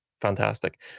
fantastic